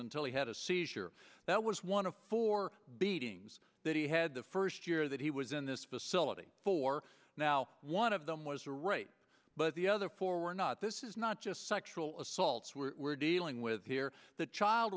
until he had a seizure that was one of four beatings that he had the first year that he was in this facility for now one of them was a right but the other four were not this is not just sexual assaults we're dealing with here the child